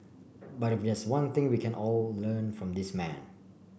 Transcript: but if there's one thing we can all learn from this man